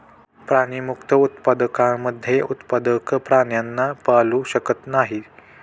प्राणीमुक्त उत्पादकांमध्ये उत्पादक प्राण्यांना पाळू शकत नाही